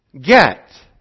get